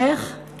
איך?